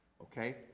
okay